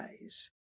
days